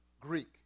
Greek